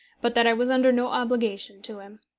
but that i was under no obligation to him.